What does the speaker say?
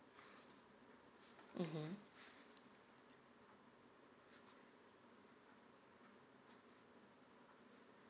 mmhmm